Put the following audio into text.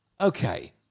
okay